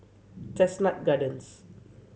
Chestnut Gardens